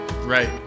Right